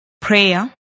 Prayer